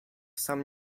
sam